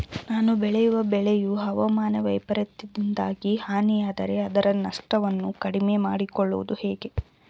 ನಾನು ಬೆಳೆಯುವ ಬೆಳೆಯು ಹವಾಮಾನ ವೈಫರಿತ್ಯದಿಂದಾಗಿ ಹಾನಿಯಾದರೆ ಅದರ ನಷ್ಟವನ್ನು ಕಡಿಮೆ ಮಾಡಿಕೊಳ್ಳುವುದು ಹೇಗೆ?